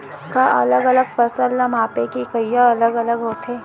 का अलग अलग फसल ला मापे के इकाइयां अलग अलग होथे?